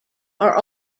are